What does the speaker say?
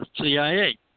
CIA